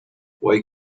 why